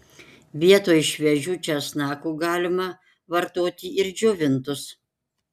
vietoj šviežių česnakų galima vartoti ir džiovintus